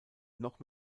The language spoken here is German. noch